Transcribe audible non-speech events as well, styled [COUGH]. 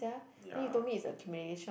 ya [BREATH]